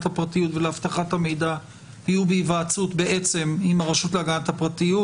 הפרטיות ולאבטחת המידע יהיו בהסכמה עם הרשות להגנת הפרטיות,